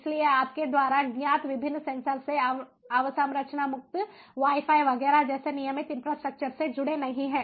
इसलिए आपके द्वारा ज्ञात विभिन्न सेंसर से अवसंरचना मुक्त वाई फाई वगैरह जैसे नियमित इंफ्रास्ट्रक्चर से जुड़े नहीं हैं